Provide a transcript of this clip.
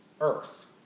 Earth